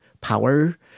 power